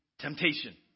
temptation